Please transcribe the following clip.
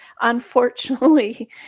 unfortunately